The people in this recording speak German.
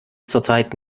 zurzeit